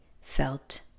felt